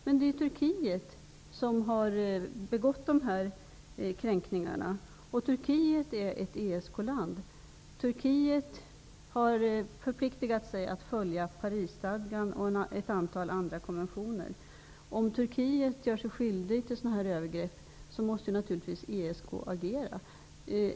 Men det är Turkiet som har begått de här kränkningarna, och Turkiet är ett ESK-land. Turkiet har förpliktigat sig att följa Parisstadgan och ett antal andra konventioner. Om Turkiet gör sig skyldigt till sådana här övergrepp måste ESK naturligtvis agera.